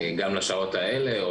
גם לשעות האלה,